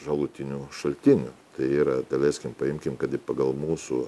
šalutinių šaltinių tai yra daleiskim paimkim kad ir pagal mūsų